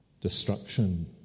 destruction